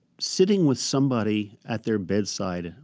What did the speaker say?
sitting with somebody at their bedside,